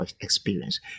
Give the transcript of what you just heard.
experience